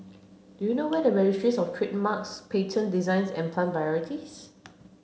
do you know where the Registries of Trademarks Patents Designs and Plant Varieties